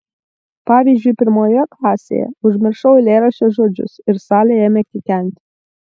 pavyzdžiui pirmoje klasėje užmiršau eilėraščio žodžius ir salė ėmė kikenti